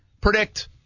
predict